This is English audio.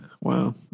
Wow